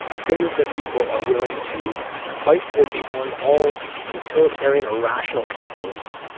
things that people are willing to fight for beyond all utilitarian or rational calculus,